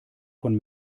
von